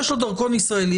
יש לו דרכון ישראלי,